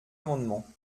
amendement